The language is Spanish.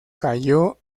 cayó